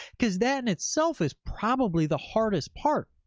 because that in itself is probably the hardest part.